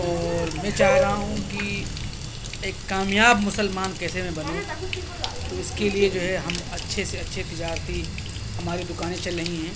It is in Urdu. اور میں چاہ رہا ہوں کہ ایک کامیاب مسلمان کیسے میں بنوں تو اس کے لیے جو ہے ہم اچھے سے اچھے تجارتی ہماری دکانیں چل رہی ہیں